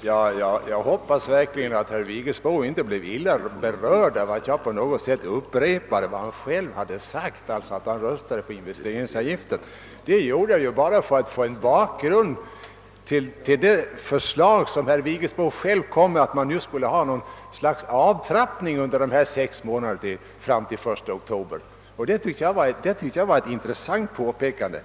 Jag hoppas verkligen att herr Vigelsbo inte blev illa berörd av att jag upprepade vad han själv hade sagt i sitt anförande, nämligen att han röstade för investeringsavgiften förra året. Det gjorde jag bara för att få en bakgrund till herr Vigelsbos propå att man skulle ha något slags avtrappning under de sex månaderna fram till den 1 oktober. Jag tyckte att detta var ett intressant uppslag. Herr Vigelsbo!